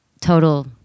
total